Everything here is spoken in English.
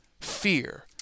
fear